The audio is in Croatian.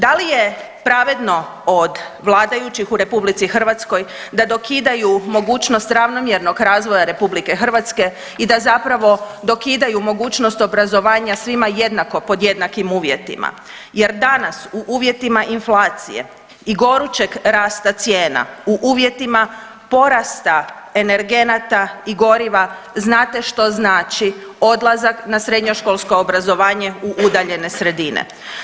Da li je pravedno od vladajućih u RH da dokiraju mogućnost ravnomjernog razvoja RH i da zapravo dokidaju mogućnost obrazovanja svima jednako pod jednakim uvjetima jer danas u uvjetima inflacije i gorućeg rasta cijena, u uvjetima porasta energenata i goriva znate što znači odlazak na srednjoškolsko obrazovanje u udaljene sredine.